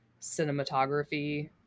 cinematography